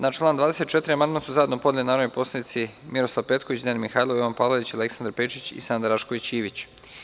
Na član 24. amandman su zajedno podneli narodni poslanici Miroslav Petković, Dejan Mihajlov, Jovan Palalić, Aleksandar Pejčić i Sanda Rašković Ivić.